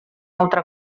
altra